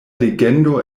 legendo